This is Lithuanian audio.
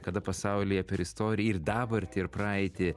kada pasaulyje per istoriją ir dabartį ir praeitį